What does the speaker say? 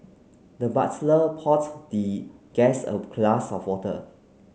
the butler poured the guest a glass of water